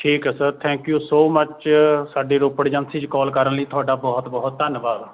ਠੀਕ ਹੈ sir thank you so much ਸਾਡੇ ਰੋਪੜ ਏਜੰਸੀ 'ਚ ਕੋਲ ਕਰਨ ਲਈ ਤੁਹਾਡਾ ਬਹੁਤ ਬਹੁਤ ਧੰਨਵਾਦ